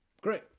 Great